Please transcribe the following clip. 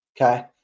Okay